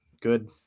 Good